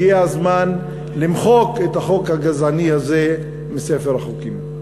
הגיע הזמן למחוק את החוק הגזעני הזה מספר החוקים.